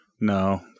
No